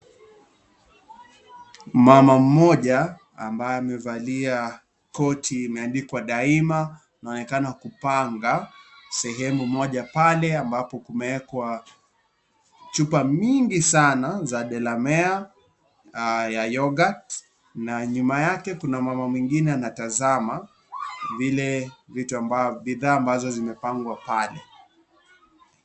Mmama mmoja, ambaye amevalia koti, imeandikwa daima. Anaonekana kupanga sehemu moja pale. Ambapo kumeekwa, chupa miingi sana, za delamea ya yoghurt ,na nyuma yake, kuna mmama mwingine anatazama ile vitu ambavyo, bidhaa ambazo zimepangwa pale.